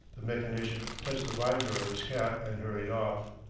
the mechanician touched the visor of his cap and hurried off.